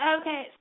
Okay